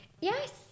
yes